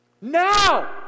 Now